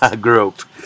group